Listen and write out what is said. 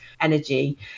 energy